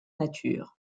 nature